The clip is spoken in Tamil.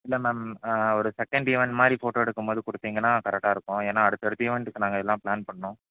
இல்லை மேம் ஒரு செகண்ட் ஈவெண்ட் மாதிரி ஃபோட்டோ எடுக்கும்போது கொடுத்தீங்கன்னா கரெக்டாக இருக்கும் ஏன்னா அடுத்தடுத்த ஈவெண்ட்க்கு நாங்கள் எல்லாம் பிளான் பண்ணணும்